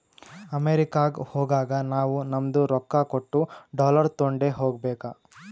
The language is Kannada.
ಅಮೆರಿಕಾಗ್ ಹೋಗಾಗ ನಾವೂ ನಮ್ದು ರೊಕ್ಕಾ ಕೊಟ್ಟು ಡಾಲರ್ ತೊಂಡೆ ಹೋಗ್ಬೇಕ